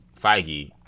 Feige